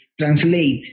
translate